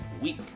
week